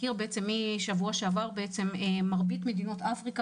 משבוע שעבר מרבית מדינות אפריקה,